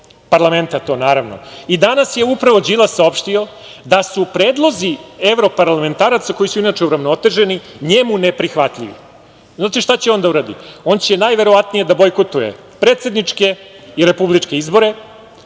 parlamenta to, naravno, i danas je upravo Đilas saopštio da su predlozi evroparlamentaraca, koji su inače uravnoteženi, njemu neprihvatljivi. Znate šta će on da uradi? On će najverovatnije da bojkotuje predsedničke i republičke izbore,